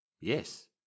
Yes